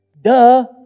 Duh